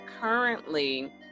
currently